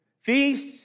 Feasts